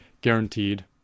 guaranteed